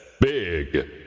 big